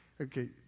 okay